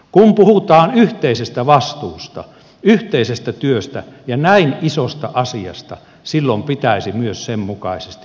kun puhutaan yhteisestä vastuusta yhteisestä työstä ja näin isosta asiasta silloin pitäisi myös sen mukaisesti toimia